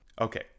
Okay